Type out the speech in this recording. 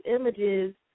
images